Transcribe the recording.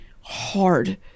hard